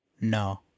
No